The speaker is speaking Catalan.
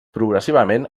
progressivament